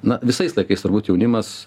na visais laikais turbūt jaunimas